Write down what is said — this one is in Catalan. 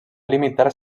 limitar